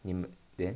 你们